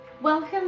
Welcome